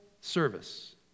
service